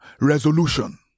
resolution